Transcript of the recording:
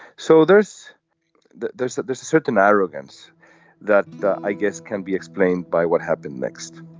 so there's that there's that there's a certain arrogance that i guess can be explained by what happened next